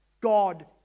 God